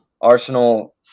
Arsenal